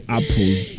Apples